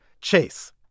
Chase